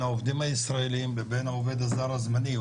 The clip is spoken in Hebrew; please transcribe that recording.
העובדים הישראליים לבין העובד הזר הזמני,